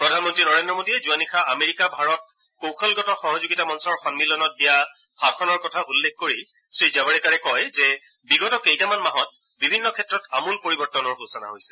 প্ৰধানমন্ত্ৰী নৰেন্দ্ৰ মোদীয়ে যোৱা নিশা আমেৰিকা ভাৰত কৌশলগত সহযোগিতা মঞ্চৰ সন্মিলনত দিয়া ভাষণৰ কথা উল্লেখ কৰি শ্ৰীজাৱড়েকাৰে কয় যে বিগত কেইটামান মাহত বিভিন্ন ক্ষেত্ৰত আমূল পৰিৱৰ্তনৰ সূচনা কৰা হৈছে